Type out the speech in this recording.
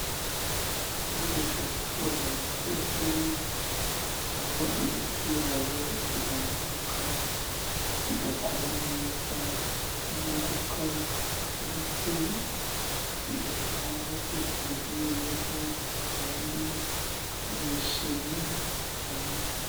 Gukoresha siporo abakuze aho imitsi yabo irambuka igakora neza n'amagufwa ndetse, bigatuma batekereza neza kandi banishimye cyane.